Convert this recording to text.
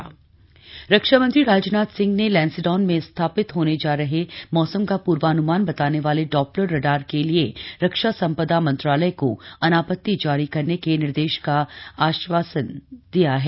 Doppler radar रक्षामंत्री राजनाथ सिंह ने लैंसडाउन में स्थापित होने जा रहे मौसम का पूर्वान्मान बताने वाले डॉप्लर रडार के लिए रक्षा संपदा मंत्रालय को अनापत्ति जारी करने के निर्देश देने का आश्वासन दिया है